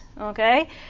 okay